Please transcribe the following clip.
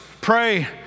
Pray